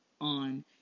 on